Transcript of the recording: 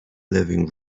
living